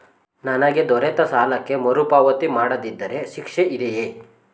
ನನಗೆ ದೊರೆತ ಸಾಲಕ್ಕೆ ಮರುಪಾವತಿ ಮಾಡದಿದ್ದರೆ ಶಿಕ್ಷೆ ಇದೆಯೇ?